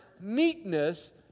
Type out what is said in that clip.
meekness